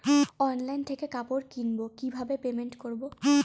Online থেকে কাপড় কিনবো কি করে পেমেন্ট করবো?